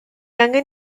angen